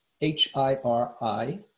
H-I-R-I